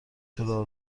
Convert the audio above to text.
چرا